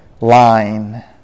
line